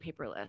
paperless